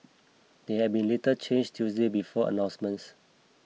they had been little changed Tuesday before announcements